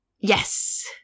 Yes